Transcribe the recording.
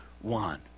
one